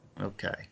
Okay